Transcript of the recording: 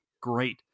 great